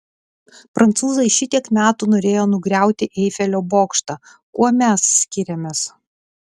prancūzai šitiek metų norėjo nugriauti eifelio bokštą kuo mes skiriamės